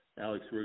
Alex